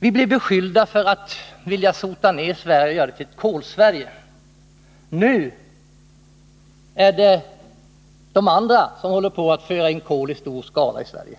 Vi blev beskyllda för att vilja sota ner Sverige och göra det till ett Kolsverige. Nu är det de andra som håller på att föra in kol i stor skala i Sverige.